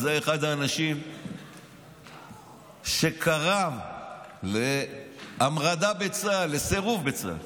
זה אחד האנשים שקרא להמרדה בצה"ל, לסירוב בצה"ל.